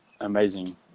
amazing